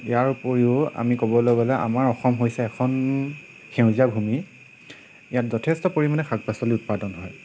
ইয়াৰ উপৰিও আমি ক'বলৈ গ'লে আমাৰ অসম হৈছে এখন সেউজীয়া ভূমি ইয়াত যথেষ্ট পৰিমাণে শাক পাচলি উৎপাদন হয়